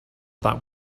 that